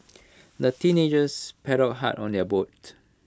the teenagers paddled hard on their boat